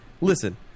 listen